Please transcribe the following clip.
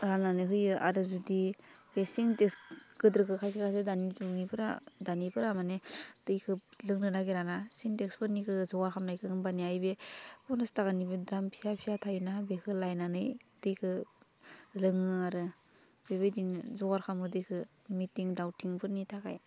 राननानै होयो आरो जुदि बे सिनटेक्स गोदोरखो खायसे खायसे दानि जुगनिफोरा दानिफोरा मानि दैखो लोंनो नागिरा ना सिनटेक्सफोरनिखो जवा खालामनायखौ होनबानाया ओइ बे फनसास थाखायनि बे दाम फिसा फिसा थायो ना बेखो लाइनानै दैखो लोङो आरो बेबायदिनो जगार खालामो दैखो मिथिं दावथिंफोरनि थाखाय